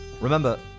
Remember